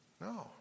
No